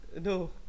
No